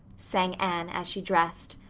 sang anne, as she dressed.